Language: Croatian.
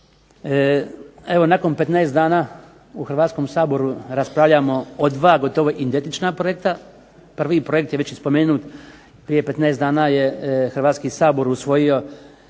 Evo nakon 15 dana u Hrvatskom saboru raspravljamo o dva gotovo identična projekta. Prvi projekt je već spomenut prije 15 dana je Hrvatski sabor usvojio